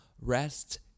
rest